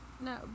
No